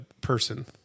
person